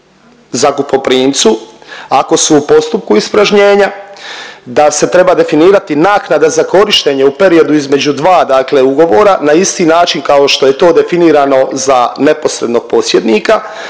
zakupoprimcu ako su u postupku ispražnjenja, da se treba definirati naknada za korištenje u periodu između dva, dakle ugovora na isti način kao što je to definirano za neposrednog posjednika.